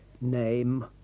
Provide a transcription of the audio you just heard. Name